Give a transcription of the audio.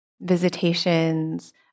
Visitations